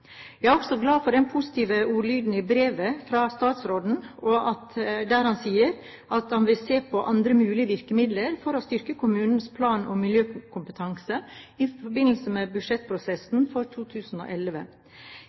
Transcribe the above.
Jeg er glad for den positive ordlyden i brevet fra statsråden, der han sier at han vil se på andre mulige virkemidler for å styrke kommunenes plan for miljøkompetanse i forbindelse med